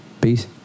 Peace